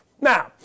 Now